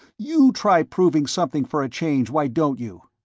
you try proving something for a change, why don't you?